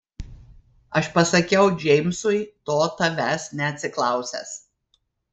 aš pasakiau džeimsui to tavęs neatsiklausęs